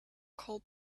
cold